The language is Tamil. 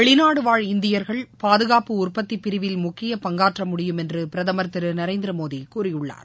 வெளிநாடு வாழ் இந்தியர்கள் பாதுகாப்பு உற்பத்தி பிரிவில் முக்கிய பங்காற்ற முடியும் என்று பிரதமர் திரு நரேந்திர மோடி கூறியுள்ளார்